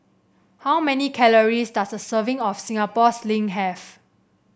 how many calories does a serving of Singapore Sling have